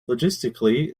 logistically